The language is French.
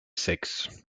sexes